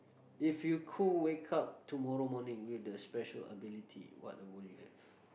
if you could wake up tomorrow morning with the special ability what will you have